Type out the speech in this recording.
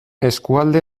eskualde